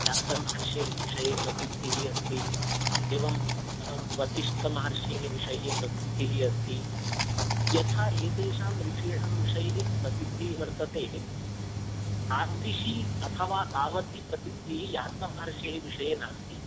व्यासमहर्षेः विषये प्रसिद्धिः अस्ति एवं वसिष्ठमहर्षेः विषये प्रसिद्धिः अस्ति यथा एतेषां ऋषीणां वषये प्रसिद्धिः वर्तते तादृशी अथवा तवती प्रसिद्धिः यास्कमहर्षेः विषये नास्ति